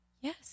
Yes